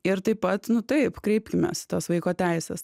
ir taip pat nu taip kreipkimės į tas vaiko teises